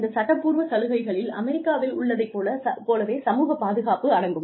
இந்த சட்டப்பூர்வ சலுகைகளில் அமெரிக்காவில் உள்ளதைப் போலவே சமூகப் பாதுகாப்பு அடங்கும்